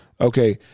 Okay